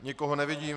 Nikoho nevidím.